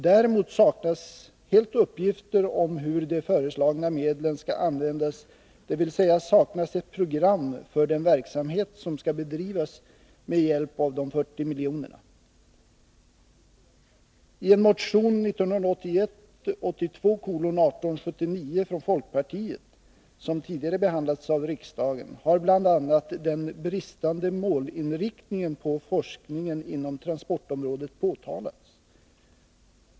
Däremot saknas helt uppgifter om hur de föreslagna medlen skall användas, dvs. det saknas ett program för den verksamhet som skall bedrivas med hjälp av de 40 miljonerna. riksdagen, har bl.a. bristen på målinriktning beträffande forskningen inom transportområdet påtalats.